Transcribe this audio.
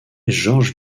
georges